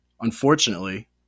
Unfortunately